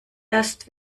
erst